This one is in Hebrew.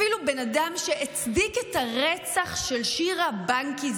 אפילו בן אדם שהצדיק את הרצח של שירה בנקי,